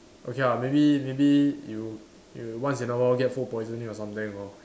okay ah maybe maybe you you once in a while you get food poisoning or something or